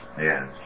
Yes